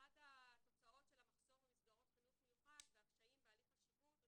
אחת התוצאות של המחסור במסגרות חינוך מיוחד והקשיים בהליך השיבוץ הוא